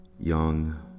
young